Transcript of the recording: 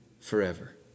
forever